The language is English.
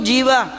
Jiva